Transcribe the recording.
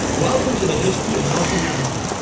welcome to the history of north america.